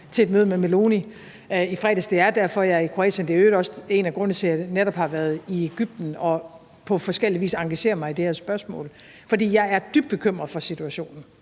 til et møde med Meloni i fredags. Det er derfor, jeg er i Kroatien. Det er i øvrigt også en af grundene til, at jeg netop har været i Egypten og på forskellig vis engagerer mig i det her spørgsmål. For jeg er dybt bekymret for situationen